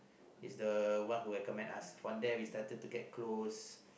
is the one who recommend us one day we started to get close